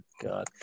god